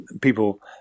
people